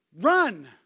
run